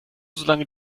solange